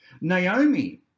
Naomi